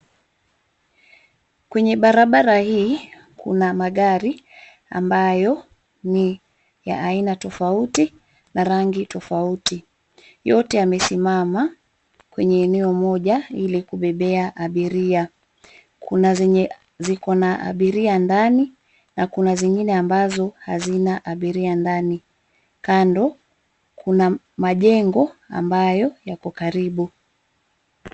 Kwenye barabara hii kuna magari ambayo ni ya aina tofauti na rangi tofauti. Yote yamesimama kwenye eneo moja ili kubebea abiria. Kuna zenye ziko na abiria ndani na kuna zingine ambazo hazina abiria ndani. Kando kuna majengo ambayo yako karibu.